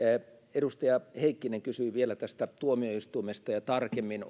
edustaja heikkinen kysyi vielä tästä tuomioistuimesta ja tarkemmin